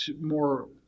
more